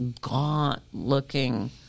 gaunt-looking